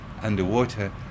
underwater